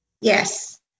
Yes